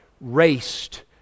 raced